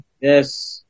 Yes